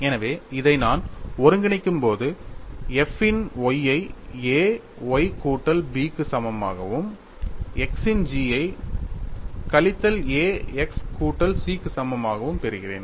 எனவே இதை நான் ஒருங்கிணைக்கும்போது f இன் y ஐ A y கூட்டல் B க்கு சமமாகவும் x இன் g ஐ கழித்தல் A x கூட்டல் C க்கு சமமாகவும் பெறுகிறேன்